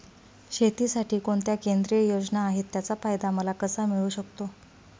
शेतीसाठी कोणत्या केंद्रिय योजना आहेत, त्याचा फायदा मला कसा मिळू शकतो?